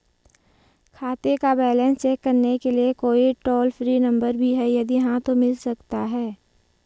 खाते का balance check करने के लिए कोई टॉल फ्री नम्बर भी है यदि हाँ तो मिल सकता है?